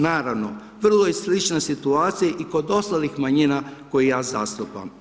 Naravno, vrlo je slična situacija i kod ostalih manjina koje ja zastupam.